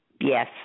Yes